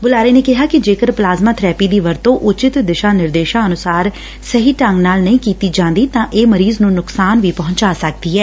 ਬੁਲਾਰੇ ਨੇ ਕਿਹਾਂ ਕਿ ਜੇਕਰ ਪਲਾਜ਼ਮਾ ਬਰੈਪੀ ਦੀ ਵਰਤੋਂ ਊਚਿਤ ਦਿਸ਼ਾ ਨਿਰਦੇਸ਼ਾ ਅਨੁਸਾਰ ਸਹੀ ਢੰਗ ਨਾਲ ਨਹੀਂ ਕੀਤਾ ਜਾਂਦਾ ਤਾਂ ਇਹ ਮਰੀਜ਼ ਨੂੰ ਨੁਕਸਾਨ ਵੀ ਪਹੁੰਚਾ ਸਕਦੀ ਐ